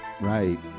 right